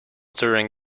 during